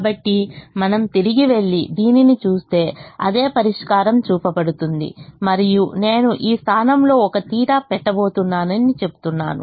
కాబట్టి మనం తిరిగి వెళ్లి దీనిని చూస్తే అదే పరిష్కారం చూపబడుతుంది మరియు నేను ఈ స్థానంలో ఒక θ పెట్టబోతున్నానని చెప్తున్నాను